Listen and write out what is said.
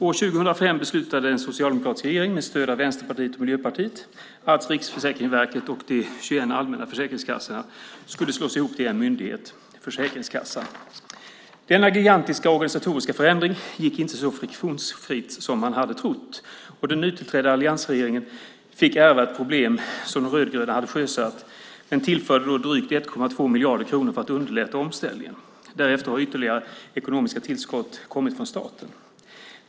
År 2005 beslutade den socialdemokratiska regeringen med stöd av Vänsterpartiet och Miljöpartiet att Riksförsäkringsverket och de 21 allmänna försäkringskassorna skulle slås ihop till en myndighet, Försäkringskassan. Denna gigantiska organisatoriska förändring gick inte så friktionsfritt som man hade trott. Den nytillträdda alliansregeringen fick ärva ett problem som de rödgröna hade sjösatt och tillförde drygt 1,2 miljarder kronor för att underlätta omställningen. Därefter har ytterligare ekonomiska tillskott kommit från staten.